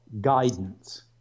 guidance